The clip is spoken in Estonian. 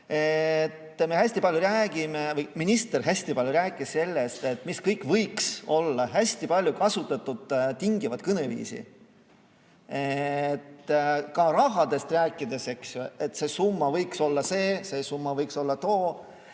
Me hästi palju räägime või minister hästi palju rääkis sellest, mis kõik võiks olla, ja hästi palju kasutas tingivat kõneviisi. Ka rahast rääkides, et see summa võiks olla see, see summa võiks olla too.